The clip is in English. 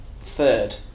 third